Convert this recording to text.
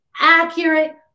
accurate